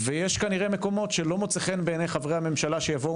ויש כנראה מקומות שלא מוצא חן בעיני חברי הממשלה שיבואו